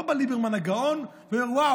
לא בא ליברמן הגאון ואמר: וואו,